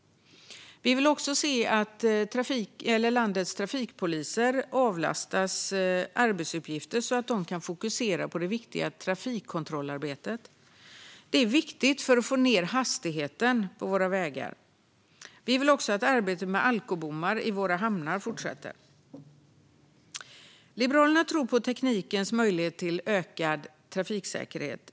Vi vill se att landets trafikpoliser avlastas arbetsuppgifter så att de kan fokusera på det viktiga trafikkontrollarbetet. Detta är viktigt för att få ned hastigheten på våra vägar. Vi vill också att arbetet med alkobommar i våra hamnar fortsätter. Liberalerna tror på teknikens möjligheter när det gäller ökad trafiksäkerhet.